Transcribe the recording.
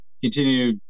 continue